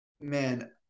Man